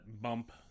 bump